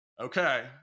Okay